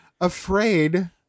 afraid